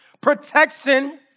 protection